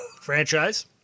Franchise